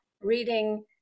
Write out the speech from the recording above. Reading